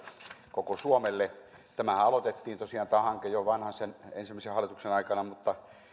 koko suomelle tämä hankehan aloitettiin tosiaan jo jo vanhasen ensimmäisen hallituksen aikana mutta